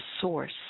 source